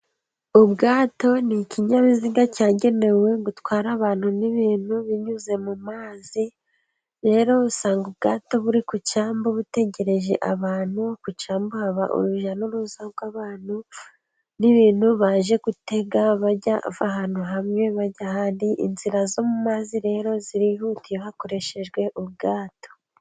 Ubwato ni ikinyabiziga cyagenewe gutwara abantu n'ibintu binyuze mu mazi, rero usanga ubwato buri ku cyambu butegereje abantu, ku cyambu haba urujya n'uruza rw'abantu n'ibintu, baje gutega bajyava ahantu hamwe, baca inzira zo mu mazi rero zirihuta hakoreshejwe ubwato.